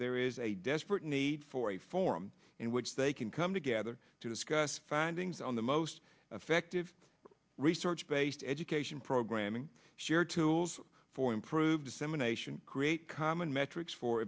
there is a desperate need for a forum in which they can come together to discuss findings on the most effective research based education programming share tools for improved dissemination create common metrics for